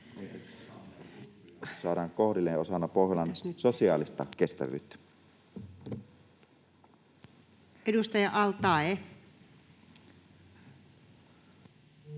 ...saadaan kohdilleen osana Pohjolan sosiaalista kestävyyttä? [Speech 43]